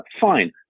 Fine